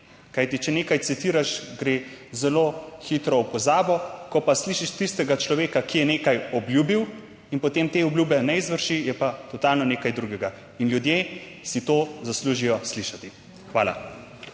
Kajti, če nekaj citiraš, gre zelo hitro v pozabo, ko pa slišiš tistega človeka, ki je nekaj obljubil in potem te obljube ne izvrši, je pa totalno nekaj drugega in ljudje si to zaslužijo slišati. Hvala.